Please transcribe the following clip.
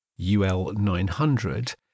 UL900